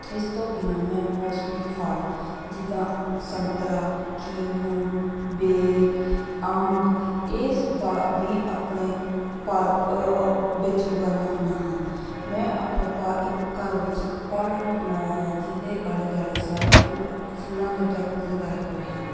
ਇਸ ਤੋਂ ਬਿਨਾਂ ਮੈਂ ਮੌਸਮੀ ਫ਼ਲ ਜਿੱਦਾਂ ਸੰਤਰਾ ਕਿਨੂੰ ਬੇਰ ਅੰਬ ਇਸ ਵਾ ਵੀ ਆਪਣੇ ਪਾਰਕ ਵਿੱਚ ਉਗਾਈਆਂ ਹੋਈਆਂ ਹਨ ਮੈਂ ਆਪਣੇ ਪਾ ਇੱਕ ਘਰ ਵਿੱਚ ਇੱਕ ਪਾਰਕ ਵੀ ਬਣਾਇਆ ਹੋਇਆ ਜਿਹਦੇ ਆਲ਼ੇ ਦੁਆਲ਼ੇ ਸਾਰੇ ਫੁੱਲ ਫੁੱਲਾਂ ਦੇ ਦਰਖ਼ਤ ਲਗਾਏ ਹੋਏ ਹਨ